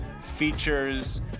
features